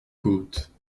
côte